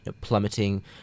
plummeting